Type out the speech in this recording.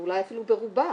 ואולי אפילו ברובה,